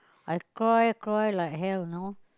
I cry cry like hell you know